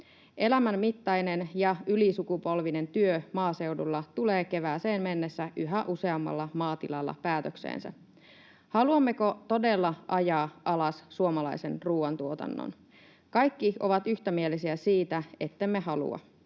Elämän mittainen ja ylisukupolvinen työ maaseudulla tulee kevääseen mennessä yhä useammalla maatilalla päätökseensä. Haluammeko todella ajaa alas suomalaisen ruoantuotannon? Kaikki ovat yksimielisiä siitä, ettemme halua.